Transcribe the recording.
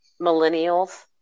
millennials